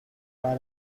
para